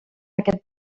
aquest